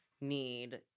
need